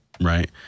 right